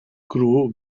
crew